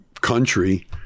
country